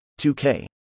2K